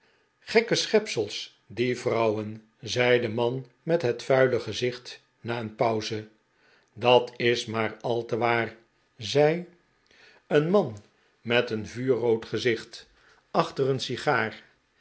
gekke schepsels die vrouwen zei de man met het vuile gezicht na een pauze dat is maar al te waar zei een man de pickwick club met een vuurrood gezicht achter een sigaar